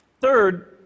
Third